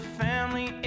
family